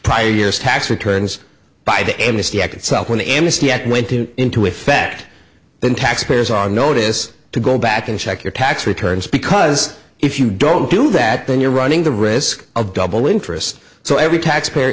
prior year's tax returns by the end of the act itself when the amnesty act went to into effect then taxpayers are notice to go back and check your tax returns because if you don't do that then you're running the risk of double interest so every taxpayer